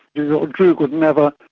you know a droog would never,